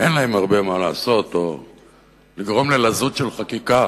אין להם הרבה מה לעשות, או לגרום ללזות של חקיקה,